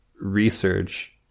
research